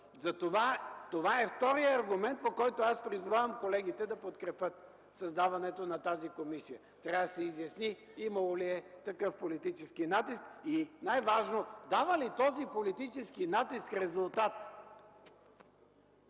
Това е вторият аргумент, по който аз призовавам колегите да подкрепят създаването на тази комисия. Трябва да се изясни имало ли е такъв политически натиск и най-важното – дава ли този политически натиск резултат?